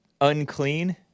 unclean